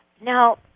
Now